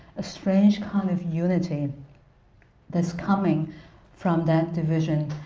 a strange kind of unity that's coming from that division,